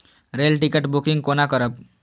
Rail ticket booking कोना करब?